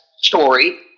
story